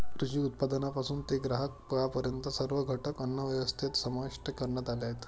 कृषी उत्पादनापासून ते ग्राहकांपर्यंत सर्व घटक अन्नव्यवस्थेत समाविष्ट करण्यात आले आहेत